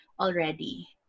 already